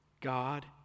God